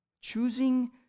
Choosing